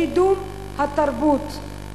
לקידום התרבות,